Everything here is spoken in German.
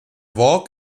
walk